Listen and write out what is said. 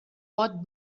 pot